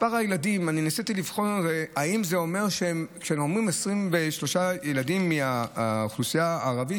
אני ניסיתי לבחון אם כשהם אומרים 23 ילדים מהאוכלוסייה הערבית,